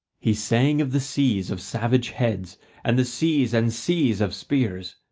he sang of the seas of savage heads and the seas and seas of spears,